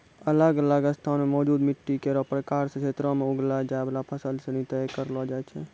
अलग अलग स्थान म मौजूद मिट्टी केरो प्रकार सें क्षेत्रो में उगैलो जाय वाला फसल सिनी तय करलो जाय छै